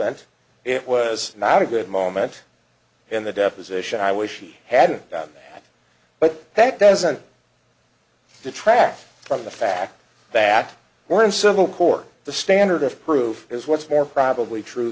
flippant it was not a good moment in the deposition i wish he hadn't that but that doesn't detract from the fact that we're in civil court the standard of proof is what's more probably true